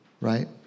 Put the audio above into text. right